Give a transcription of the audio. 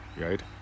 right